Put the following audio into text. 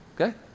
okay